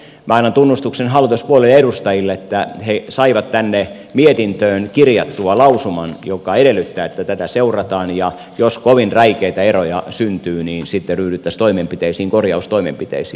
minä annan tunnustuksen hallituspuolueiden edustajille että he saivat tänne mietintöön kirjattua lausuman joka edellyttää että tätä seurataan ja jos kovin räikeitä eroja syntyy niin sitten ryhdyttäisiin toimenpiteisiin korjaustoimenpiteisiin